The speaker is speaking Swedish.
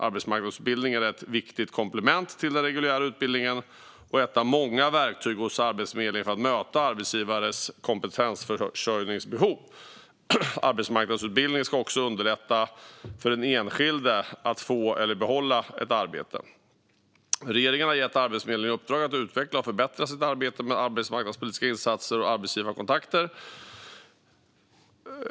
Arbetsmarknadsutbildningen är ett viktigt komplement till den reguljära utbildningen och ett av många verktyg hos Arbetsförmedlingen för att möta arbetsgivares kompetensförsörjningsbehov. Arbetsmarknadsutbildning ska också underlätta för den enskilde att få eller behålla ett arbete. Regeringen har gett Arbetsförmedlingen i uppdrag att utveckla och förbättra sitt arbete med arbetsmarknadspolitiska insatser och arbetsgivarkontakter .